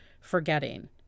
forgetting